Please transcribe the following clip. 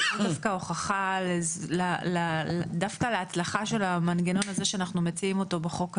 זאת ההצלחה דווקא להצלחה של המנגנון שאנחנו מציעים בחוק הזה.